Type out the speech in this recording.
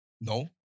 No